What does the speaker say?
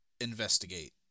investigate